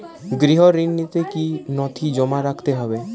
গৃহ ঋণ নিতে কি কি নথি জমা রাখতে হবে?